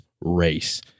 race